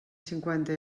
cinquanta